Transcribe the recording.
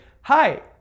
hi